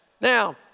Now